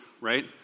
right